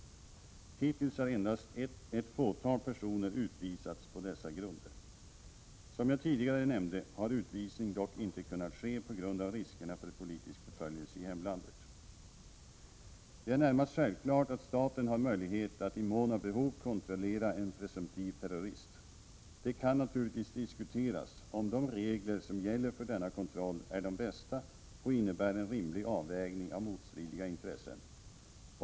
Hittills har endast ett fåtal personer utvisats på dessa grunder. Som jag tidigare nämnde har utvisning dock inte kunnat ske på grund av riskerna för politisk förföljelse i hemlandet. Det är närmast självklart att staten bar möjligheter att i mån av behov kontrollera en presumtiv terrorist. Det kan naturligtvis diskuteras om de regler som gäller för denna kontroll är de bästa och innebär en rimlig avvägning av motstridiga intressen.